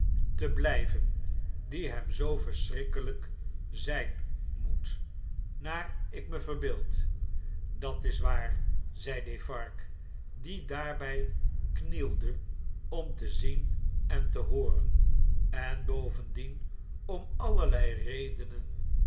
te blijven die hem zoo verschrikkelyk zgn moet naar ik me verbeeld dat is waar zei defarge die daarbn knielde om te zien en te hooren en bovendien om allerlei redenen